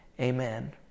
amen